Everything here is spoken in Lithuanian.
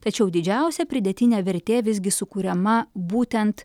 tačiau didžiausia pridėtinė vertė visgi sukuriama būtent